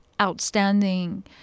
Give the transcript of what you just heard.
outstanding